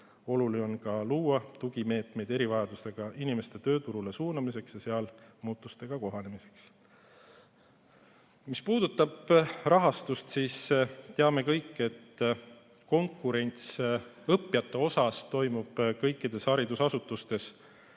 Oluline on ka luua tugimeetmeid erivajadustega inimeste tööturule suunamiseks ja sealsete muutustega kohanemiseks. Mis puudutab rahastust, siis teame kõik, et konkurents õppijate pärast on kõikides haridusasutustes.